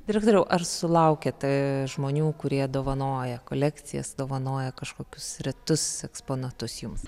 direktoriau ar sulaukiate žmonių kurie dovanoja kolekcijas dovanoja kažkokius retus eksponatus jums